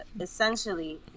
essentially